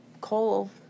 coal